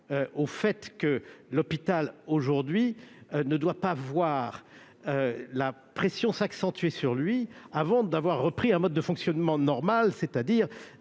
au fait que l'hôpital ne doit pas voir la pression s'accentuer sur lui avant d'avoir repris un mode de fonctionnement normal, c'est-à-dire